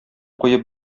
куеп